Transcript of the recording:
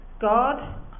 God